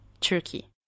Turkey